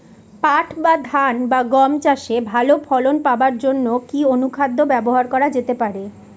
পাট বা ধান বা গম চাষে ভালো ফলন পাবার জন কি অনুখাদ্য ব্যবহার করা যেতে পারে?